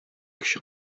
кече